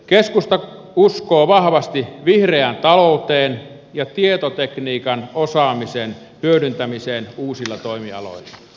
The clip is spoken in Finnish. keskusta uskoo vahvasti vihreään talouteen ja tietotekniikan osaamisen hyödyntämiseen uusilla toimialoilla